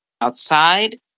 outside